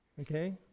okay